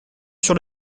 sur